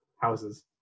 houses